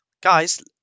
Guys